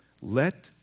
let